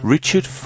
Richard